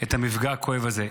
את המפגע הכואב הזה.